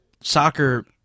soccer